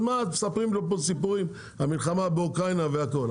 אז מספרים פה סיפורים על המלחמה באוקראינה והכול.